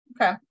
Okay